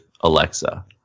Alexa